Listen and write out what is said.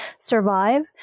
survive